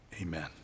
Amen